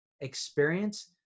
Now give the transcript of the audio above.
experience